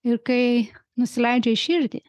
ir kai nusileidžia į širdį